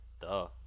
Duh